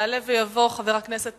יעלה ויבוא חבר הכנסת